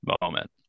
moment